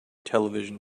television